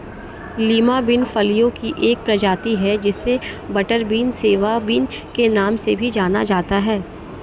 Lima bean फलियों की एक प्रजाति है जिसे बटरबीन, सिवा बिन के नाम से भी जाना जाता है